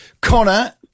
Connor